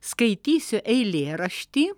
skaitysiu eilėraštį